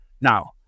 now